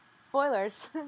Spoilers